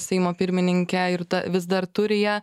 seimo pirmininkę ir ta vis dar turi ją